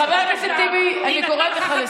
חבר הכנסת טיבי, תקרא את ההיסטוריה של העם שלך.